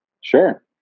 Sure